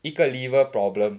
一个 liver problem